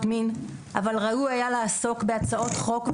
מין אבל ראוי היה לעסוק בהצעות חוק,